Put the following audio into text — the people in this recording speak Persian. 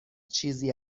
چیزی